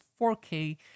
4K